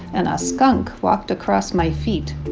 and a skunk walked across my feet.